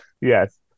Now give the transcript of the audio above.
Yes